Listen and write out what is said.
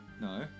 No